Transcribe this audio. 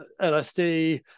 LSD